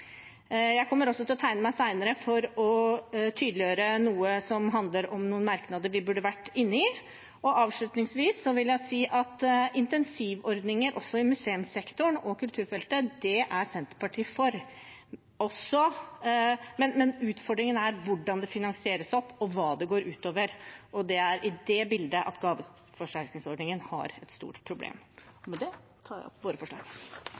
Jeg kommer også til å tegne meg senere for å tydeliggjøre noe som handler om noen merknader vi burde ha vært inne i. Avslutningsvis vil jeg si at insentivordninger også i museumssektoren og kulturfeltet, det er Senterpartiet for. Men utfordringen er hvordan det finansieres, og hva det går ut over. Det er i det bildet at gaveforsterkningsordningen har et stort problem. Med det tar jeg opp forslag